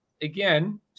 again